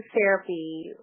therapy